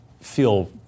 feel